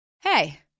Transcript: Hey